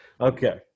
okay